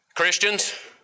Christians